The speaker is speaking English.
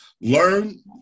learn